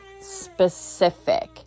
specific